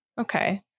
okay